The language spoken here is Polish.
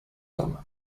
tam